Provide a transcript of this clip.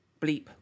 bleep